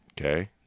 Okay